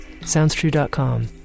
SoundsTrue.com